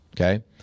Okay